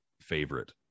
favorite